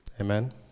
Amen